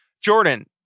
Jordan